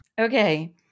Okay